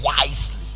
wisely